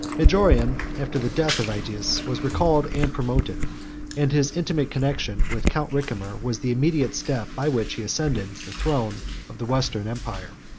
majorian, after the death of aetius, was recalled and promoted and his intimate connection with count ricimer was the immediate step by which he ascended the throne of the western empire.